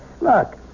Look